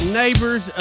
neighbors